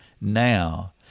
now